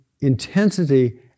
intensity